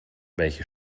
welche